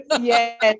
yes